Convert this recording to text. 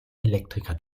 elektriker